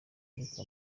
ariko